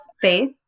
faith